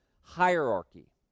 hierarchy